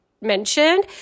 mentioned